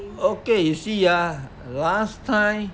okay you see ah last time